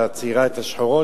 והצעירה את השחורות,